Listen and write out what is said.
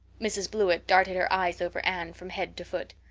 mrs. blewett darted her eyes over anne from head to foot.